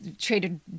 traded